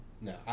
No